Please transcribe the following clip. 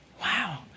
Wow